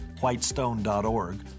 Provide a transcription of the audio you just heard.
whitestone.org